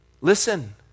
Listen